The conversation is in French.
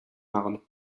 marne